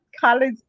colors